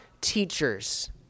teachers